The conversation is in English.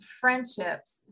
friendships